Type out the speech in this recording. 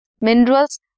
minerals